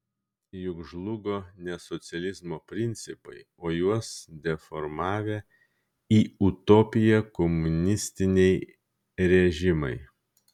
juk žlugo ne socializmo principai o juos deformavę į utopiją komunistiniai režimai